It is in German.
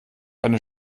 eine